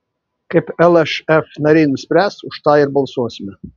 kaip lšf nariai nuspręs už tą ir balsuosime